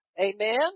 Amen